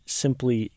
simply